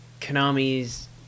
Konami's